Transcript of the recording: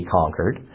conquered